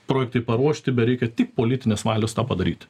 projektai paruošti bereikia tik politinės valios tą padaryti